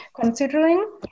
considering